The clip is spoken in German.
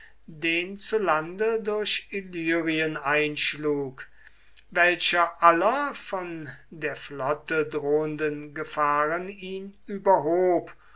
den zu lande durch illyrien einschlug welcher aller von der flotte drohenden gefahren ihn überhob